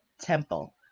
temple